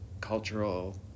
cultural